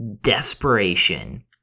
desperation